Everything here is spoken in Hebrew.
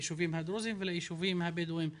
ליישובים הדרוזיים וליישובים הבדואים בדרום.